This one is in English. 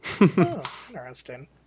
Interesting